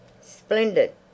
Splendid